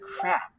crap